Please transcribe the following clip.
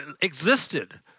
existed